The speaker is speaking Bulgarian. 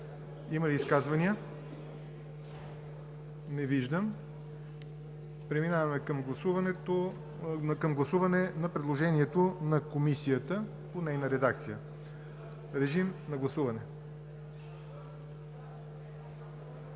Има ли изказвания? Не виждам. Преминаваме към гласуване на предложението на Комисията по нейна редакция. Гласували